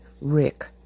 Rick